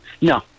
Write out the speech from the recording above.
No